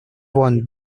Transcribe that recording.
won